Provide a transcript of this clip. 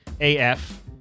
AF